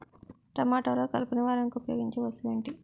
టమాటాలో కలుపు నివారణకు ఉపయోగించే వస్తువు ఏంటి?